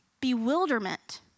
bewilderment